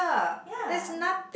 ya